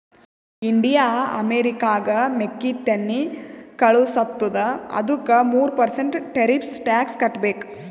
India ಅಮೆರಿಕಾಗ್ ಮೆಕ್ಕಿತೆನ್ನಿ ಕಳುಸತ್ತುದ ಅದ್ದುಕ ಮೂರ ಪರ್ಸೆಂಟ್ ಟೆರಿಫ್ಸ್ ಟ್ಯಾಕ್ಸ್ ಕಟ್ಟಬೇಕ್